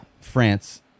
France